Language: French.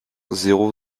zéro